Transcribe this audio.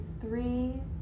three